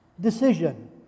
decision